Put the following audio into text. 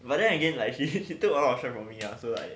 but then again like she all her shirts from me lah so it's like